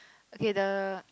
okay the